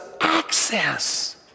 access